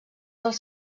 dels